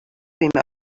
معه